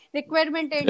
requirement